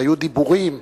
והיו דיבורים,